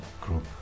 group